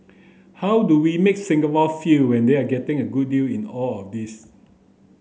how do we make Singapore feel and they are getting a good deal in all of this